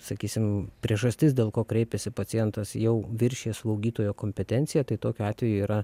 sakysim priežastis dėl ko kreipėsi pacientas jau viršija slaugytojo kompetenciją tai tokiu atveju yra